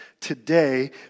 today